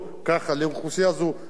לאוכלוסייה זו אחרת,